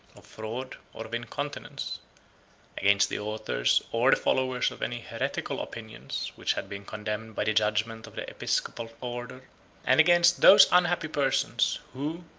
of fraud, or of incontinence against the authors or the followers of any heretical opinions which had been condemned by the judgment of the episcopal order and against those unhappy persons, who,